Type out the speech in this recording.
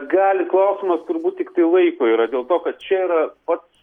gali klausimas turbūt tiktai laiko yra dėl to kad čia yra pats